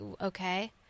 okay